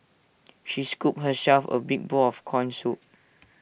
she scooped herself A big bowl of Corn Soup